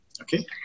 Okay